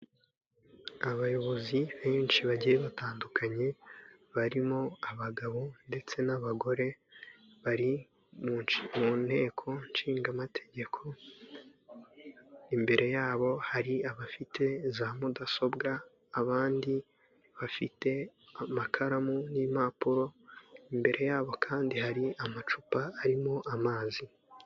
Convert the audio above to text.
Abayobozi benshi bagiye batandukanye, barimo abagabo ndetse n'abagore, bari mu nteko Nshinga mategeko, imbere yabo hari abafite za mudasobwa, abandi bafite amakaramu n'impapuro, imbere yabo kandi hari amacupa arimo amazi.